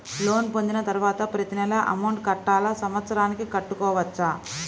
Loan పొందిన తరువాత ప్రతి నెల అమౌంట్ కట్టాలా? సంవత్సరానికి కట్టుకోవచ్చా?